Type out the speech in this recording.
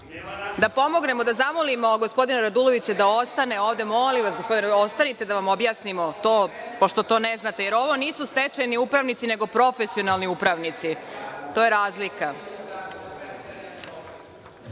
Replika.)… da zamolimo gospodina Radulovića da ostane ovde. Molim vas ostanite da vam objasnimo, pošto to ne znate, jer ovo nisu stečajni upravnici, nego profesionalni upravnici. To je razlika.(Saša